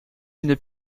une